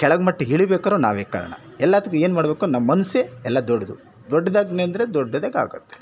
ಕೆಳಗೆ ಮಟ್ಟಕ್ಕೆ ಇಳೀಬೇಕಾದ್ರು ನಾವೇ ಕಾರಣ ಎಲ್ಲದಕ್ಕೂ ಏನು ಮಾಡಬೇಕು ನಮ್ಮ ಮನಸ್ಸೇ ಎಲ್ಲ ದೊಡ್ಡದು ದೊಡ್ದಾಗಿ ನೆನೆದ್ರೆ ದೊಡ್ಡದಾಗಿ ಆಗುತ್ತೆ